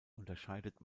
unterscheidet